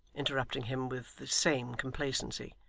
interrupting him with the same complacency.